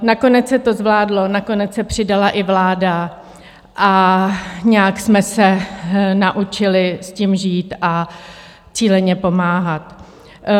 Nakonec se to zvládlo, nakonec se přidala i vláda a nějak jsme se naučili s tím žít a cíleně pomáhat.